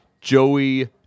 Joey